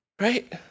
Right